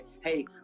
hey